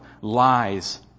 lies